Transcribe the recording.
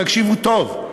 תקשיבו טוב,